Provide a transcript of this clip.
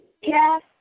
Yes